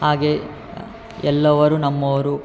ಹಾಗೇ ಎಲ್ಲರು ನಮ್ಮೋರು